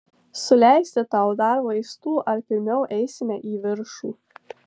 suleisti tau dar vaistų ar pirmiau eisime į viršų